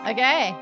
Okay